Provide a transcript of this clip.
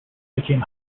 became